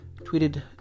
tweeted